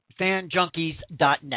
fanjunkies.net